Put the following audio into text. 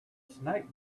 snake